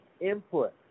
input